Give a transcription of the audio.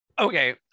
okay